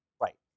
Right